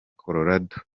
colorado